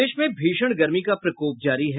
प्रदेश में भीषण गर्मी का प्रकोप जारी है